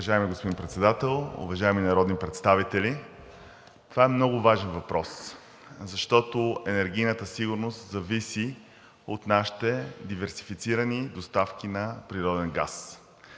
Уважаеми господин Председател, уважаеми народни представители! Това е много важен въпрос, защото енергийната сигурност зависи от нашите диверсифицирани доставки на природен газ.